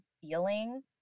feeling